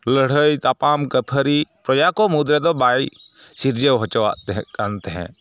ᱞᱟᱹᱲᱦᱟᱹᱭ ᱛᱟᱯᱟᱢ ᱠᱟᱯᱷᱟᱹᱨᱤ ᱯᱨᱚᱡᱟ ᱠᱚ ᱢᱩᱫᱽᱨᱮᱫᱚ ᱵᱟᱭ ᱥᱤᱨᱡᱟᱹᱣ ᱦᱚᱪᱚᱣᱟᱜ ᱛᱟᱦᱮᱜ ᱠᱟᱱ ᱛᱟᱦᱮᱜ